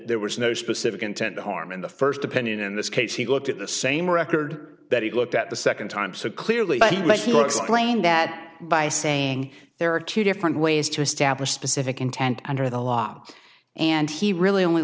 there was no specific intent to harm in the first opinion in this case he looked at the same record that he looked at the second time so clearly but he let you explain that by saying there are two different ways to establish specific intent under the law and he really only